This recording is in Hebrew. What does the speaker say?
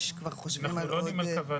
כבר חושבים על עוד --- אנחנו לא יודעים על כוונה,